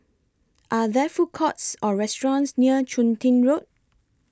Are There Food Courts Or restaurants near Chun Tin Road